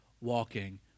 walking